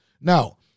Now